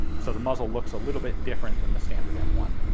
so the muzzle looks a little bit different than the standard m one,